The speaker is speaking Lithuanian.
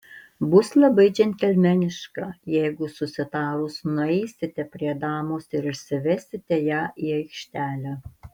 bus labai džentelmeniška jeigu susitarus nueisite prie damos ir išsivesite ją į aikštelę